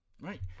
Right